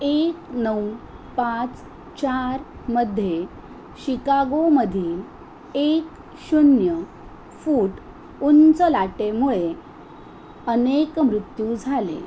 एक नऊ पाच चारमध्ये शिकागोमधील एक शून्य फूट उंच लाटेमुळे अनेक मृत्यू झाले